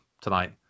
tonight